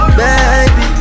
baby